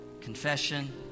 confession